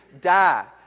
die